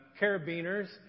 carabiners